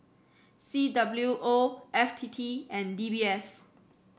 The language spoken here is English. C W O F T T and D B S